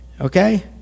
Okay